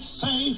say